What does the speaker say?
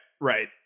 Right